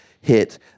hit